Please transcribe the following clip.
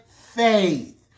faith